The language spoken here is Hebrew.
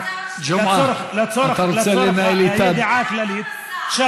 ג'מעה, אתה רוצה לנהל איתה, לידיעה כללית,